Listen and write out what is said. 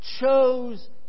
chose